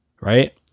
right